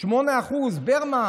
8% ברמן.